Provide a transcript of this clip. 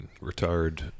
retired